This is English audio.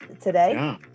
today